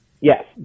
yes